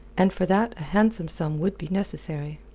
and for that a handsome sum would be necessary.